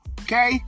okay